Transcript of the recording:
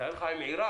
תאר לך עם עיראק.